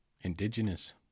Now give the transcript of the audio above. indigenous